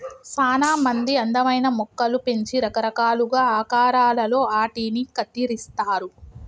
సానా మంది అందమైన మొక్కలు పెంచి రకరకాలుగా ఆకారాలలో ఆటిని కత్తిరిస్తారు